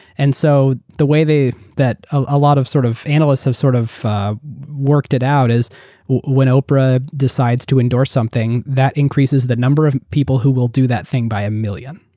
and so the way they that a lot of sort of analysts have sort of worked it out is when oprah decides to endorse something, that increases the number of people who will do that thing by a million.